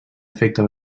afecta